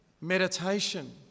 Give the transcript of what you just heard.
meditation